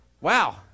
Wow